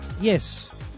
yes